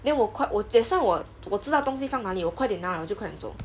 then 我快我我 that's why 我知道东西放哪里我快点拿我就快点走 quite now 旧款总不会认为我怕: jiu kuan zong bu hui ren wei wo pa